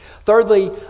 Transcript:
Thirdly